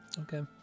Okay